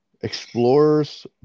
explorers